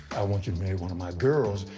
i want you to marry one of my girls,